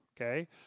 okay